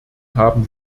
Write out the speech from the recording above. haben